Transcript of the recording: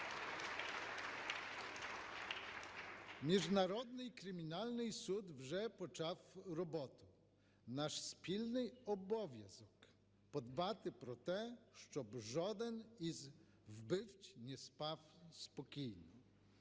Міжнародний кримінальний суд вже почав роботу. Наш спільний обов'язок – подбати про те, щоб жоден із вбивць не спав спокійно.